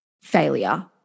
failure